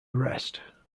arrest